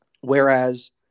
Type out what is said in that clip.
Whereas